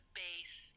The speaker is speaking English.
base